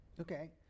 Okay